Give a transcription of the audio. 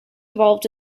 evolved